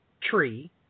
tree